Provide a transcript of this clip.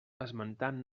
esmentant